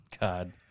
God